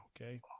okay